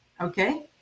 okay